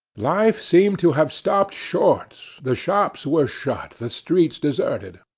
life seemed to have stopped short the shops were shut, the streets deserted.